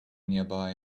nearby